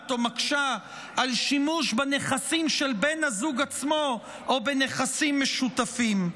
המונעת או מקשה שימוש בנכסים של בן הזוג עצמו או בנכסים משותפים.